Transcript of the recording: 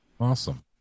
Awesome